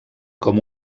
com